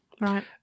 Right